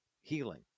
healing